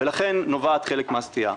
ולכן, נובעת חלק מהסטייה.